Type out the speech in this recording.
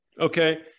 Okay